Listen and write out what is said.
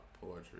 poetry